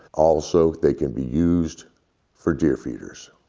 also they can be used for deer feeders.